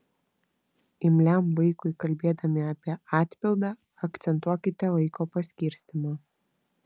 imliam vaikui kalbėdami apie atpildą akcentuokite laiko paskirstymą